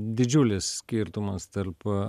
didžiulis skirtumas tarp